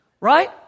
right